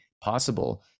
possible